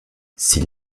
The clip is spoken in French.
s’il